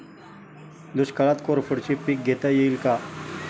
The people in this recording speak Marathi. दुष्काळात कोरफडचे पीक घेता येईल का?